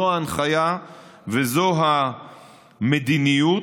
זאת ההנחיה וזאת המדיניות.